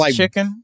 chicken